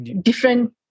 different